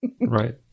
right